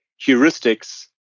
heuristics